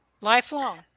lifelong